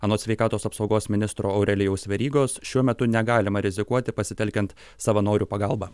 anot sveikatos apsaugos ministro aurelijaus verygos šiuo metu negalima rizikuoti pasitelkiant savanorių pagalba